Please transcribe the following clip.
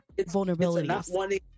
vulnerabilities